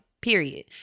Period